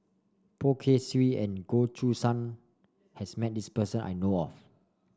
Poh Kay Swee and Goh Choo San has met this person I know of